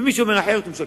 ומי שאומר אחרת משקר.